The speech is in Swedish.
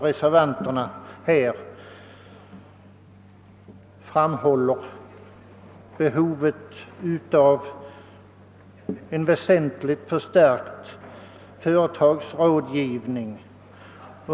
Reservanterna framhåller behovet av en väsentligt förstärkt företagsrådgivning.